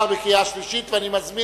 נתקבל.